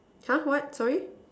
!huh! what sorry